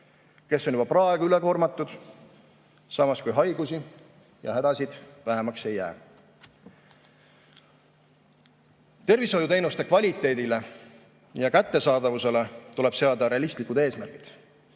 kes on juba praegu üle koormatud, samas kui haigusi ja hädasid vähemaks ei jää. Tervishoiuteenuste kvaliteedile ja kättesaadavusele tuleb seada realistlikud eesmärgid